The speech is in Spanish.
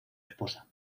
esposa